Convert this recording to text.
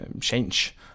change